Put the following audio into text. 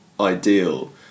ideal